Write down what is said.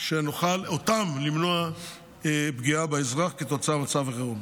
שנוכל למנוע פגיעה באזרח כתוצאה ממצב חירום.